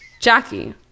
jackie